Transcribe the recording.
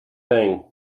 thing